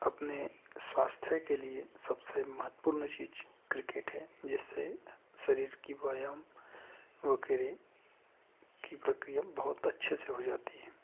अपने स्वास्थ्य के लिए सबसे महत्वपूर्ण चीज़ क्रिकेट है जिससे शरीर की व्यायाम हो करें कि प्रक्रिया बहुत अच्छे से हो जाती है